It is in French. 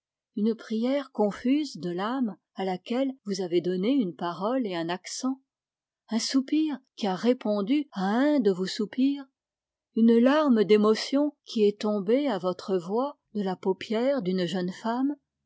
une prière confuse de l'ame à laquelle vous avez donné une parole et un accent un soupir qui a répondu à un de vos soupirs une larme d'émotion qui est tombée à votre voix de la paupière d'une jeune femme